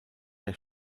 der